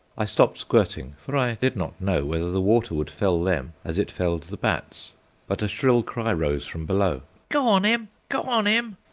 i stopped squirting, for i did not know whether the water would fell them as it felled the bats but a shrill cry rose from below go on, m! go on, m!